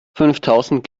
fünftausend